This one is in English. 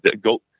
go